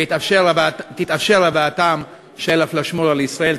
ותתאפשר הבאתם של הפלאשמורה לישראל.